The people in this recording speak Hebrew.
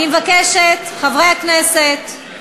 חברי הכנסת,